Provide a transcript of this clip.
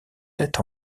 tête